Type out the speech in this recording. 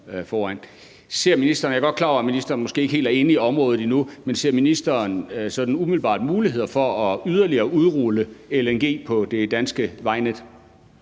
Jeg er godt klar over, at ministeren måske ikke helt er inde i området endnu, men ser ministeren sådan umiddelbart muligheder for yderligere at udrulle LNG på det danske vejnet?